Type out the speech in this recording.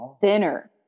thinner